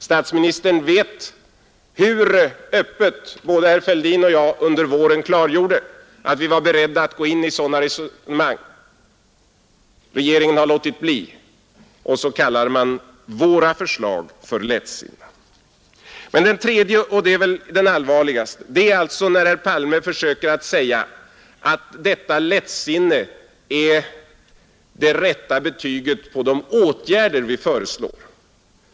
Statsministern vet hur öppet både herr Fälldin och jag under våren klargjorde att vi var beredda att gå in i sådana resonemang. Regeringen har låtit bli. Och så kallar man våra förslag för lättsinne. Men det allvarligaste är när herr Palme försöker säga att detta lättsinne är det rätta betyget på de åtgärder vi föreslår.